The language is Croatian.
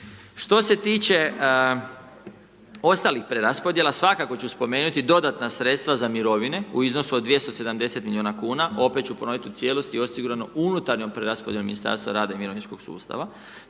Što se tiče ostalih preraspodjela, svakako ću spomenuti dodatna sredstva za mirovine u iznosu od 270 milijuna kn opet ću ponoviti, u cijelosti je osigurano unutarnjem preraspodjelom ministarstva rada i mirovinskog sustava,